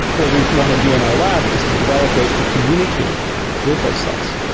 what we want to do in our lab is to develop ways to communicate with those cells.